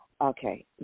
Okay